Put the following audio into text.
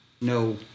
No